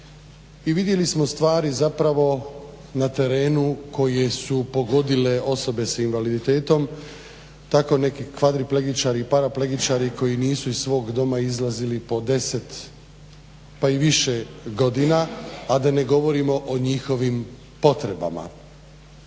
I vidjeli smo stvari zapravo na terenu koje su pogodile osobe s invaliditetom tako neki kvadriplegičari i paraplegičari koji nisu iz svoga doma izlazili po 10 pa i više godina, a da ne govorimo o njihovim potrebama.